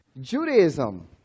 Judaism